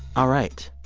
all right,